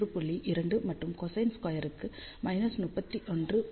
2 மற்றும் கொசைன் ஸ்கொயருக்கு 31